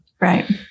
Right